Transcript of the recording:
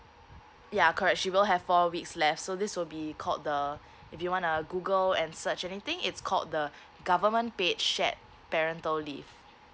yeah correct she will have four weeks left so this will be called the if you want a google and search anything it's called the government paid shared parental leave